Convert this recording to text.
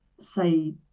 say